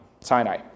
Sinai